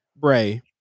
Bray